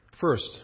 First